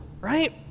right